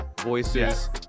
Voices